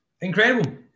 Incredible